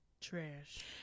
Trash